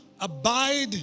abide